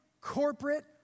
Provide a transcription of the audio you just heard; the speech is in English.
corporate